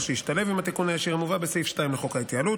שישתלב עם התיקון הישיר המובא בסעיף 2 לחוק ההתייעלות,